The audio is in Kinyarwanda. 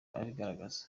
abigaragaza